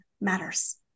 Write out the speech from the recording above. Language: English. matters